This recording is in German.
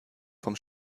vom